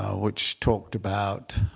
which talked about